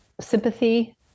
sympathy